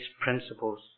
principles